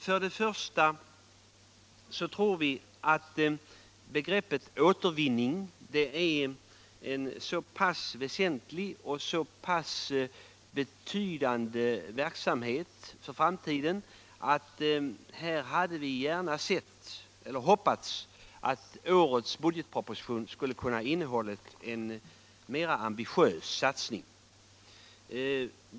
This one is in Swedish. Vi tror att begreppet återvinning är en så pass väsentlig och betydande verksamhet för framtiden att vi gärna hoppats att årets budgetproposition hade innehållit en mer ambitiös satsning.